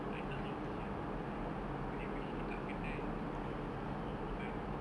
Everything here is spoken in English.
I tak tahu sia boleh boleh beli dekat kedai for like only eighty five dollar